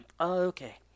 Okay